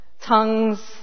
tongues